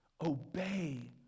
obey